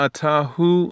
Atahu